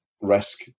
risk